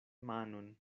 manon